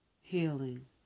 healing